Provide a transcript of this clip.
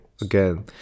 again